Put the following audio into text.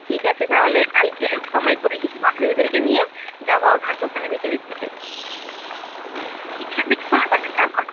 ঠিক আছে তাহলে কালকে সময় করে কিছু বান্ধবীদেরকে নিয়ে যাবো আপনার দোকানে বিকেলের দিকে হুম বিকেলের দিকে খোলা থাকে তো এখন